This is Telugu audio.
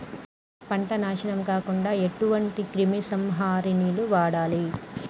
పంట నాశనం కాకుండా ఎటువంటి క్రిమి సంహారిణిలు వాడాలి?